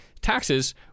taxes